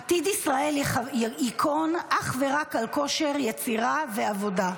עתיד ישראלי יכון אך ורק על כושר יצירה ועבודה.